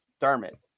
Dermot